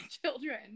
children